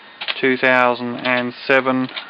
2007